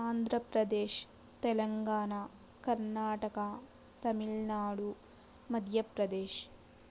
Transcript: Andhra Pradesh Telangana Karnataka Tamil Nadu Madhya Pradesh